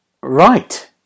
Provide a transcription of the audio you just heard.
Right